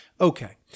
Okay